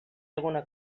alguna